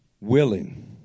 willing